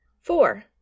Four